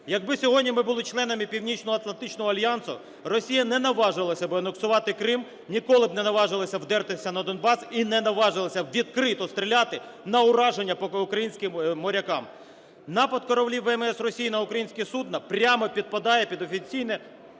Якби сьогодні ми були членами Північноатлантичного альянсу, Росія не наважилась би анексувати Крим, ніколи не наважилась би вдертися на Донбас і не наважилась б відкрито стріляти на ураження по українським морякам. Напад кораблів ВМС Росії на українські судна прямо підпадає під офіційне